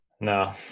No